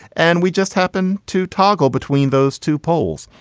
and we just happen to toggle between those two poles.